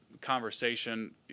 conversation